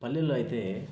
పల్లెల్లో అయితే